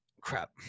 Crap